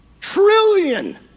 Trillion